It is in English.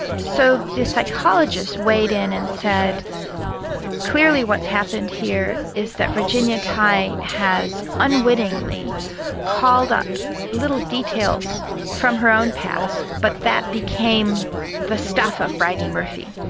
so the psychologists weighed in and said clearly what's happened here is that virginia tighe has unwittingly called up little details from her own past but that became the stuff of bridey murphy.